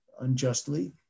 unjustly